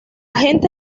gente